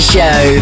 Show